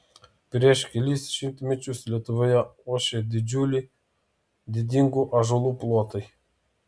prieš kelis šimtmečius lietuvoje ošė didžiuliai didingų ąžuolų plotai